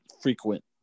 frequent